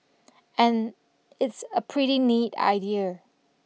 and it's a pretty neat idea